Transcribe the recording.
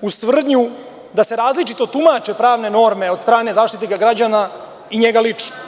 uz tvrdnju da se različito tumače pravne norme od strane Zaštitnika građana i njega lično.